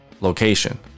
location